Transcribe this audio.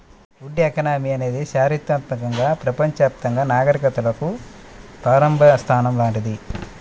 would economy అనేది చారిత్రాత్మకంగా ప్రపంచవ్యాప్తంగా నాగరికతలకు ప్రారంభ స్థానం లాంటిది